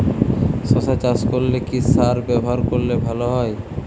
শশা চাষ করলে কি সার ব্যবহার করলে ভালো হয়?